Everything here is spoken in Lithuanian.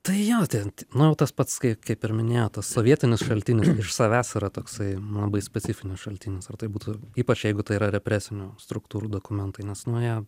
tai jo ten nu tas pats kaip kaip ir minėjot tas sovietinis šaltinis iš savęs yra toksai labai specifinis šaltinis ar tai būtų ypač jeigu tai yra represinių struktūrų dokumentai nes nu jie